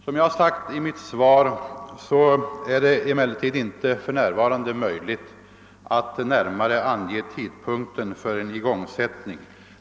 Som jag har sagt i mitt svar är det för närvarande inte möjligt att närmare ange tidpunkten för en igångsättning.